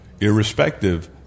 irrespective